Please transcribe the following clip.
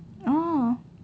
oh